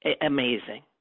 amazing